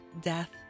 death